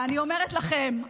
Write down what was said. ואני אומרת לכם,